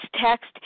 text